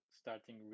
starting